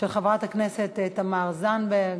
שאילתה מס' 195, של חברת הכנסת תמר זנדברג,